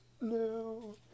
No